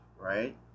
right